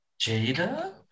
Jada